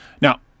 Now